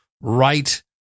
right